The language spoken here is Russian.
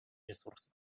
ресурсы